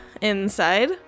inside